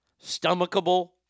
stomachable